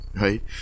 right